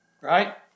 Right